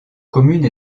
commune